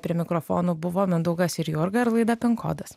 prie mikrofonų buvo mindaugas ir jurga ir laida pin kodas